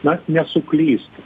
na nesuklystų